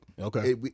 Okay